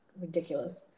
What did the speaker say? ridiculous